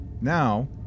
now